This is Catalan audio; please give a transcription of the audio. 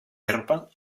herba